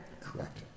Correct